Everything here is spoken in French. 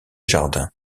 jardin